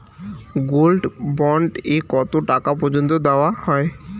Gold bond এ কতো টাকা পর্যন্ত দেওয়া হয়?